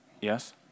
yes